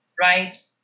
right